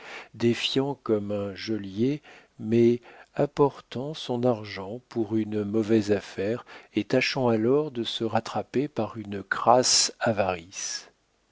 défiant comme un geôlier mais apportant son argent pour une mauvaise affaire et tâchant alors de se rattraper par une crasse avarice